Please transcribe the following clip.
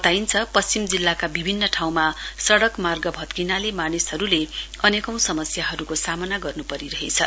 बताइन्थ पश्चिम जिल्लाका विभिन्न ठाउँमा सडक मार्ग भत्किनाले मानिसहरूले अनेकौं समस्याहरूको सामना गर्न्परिरहे छ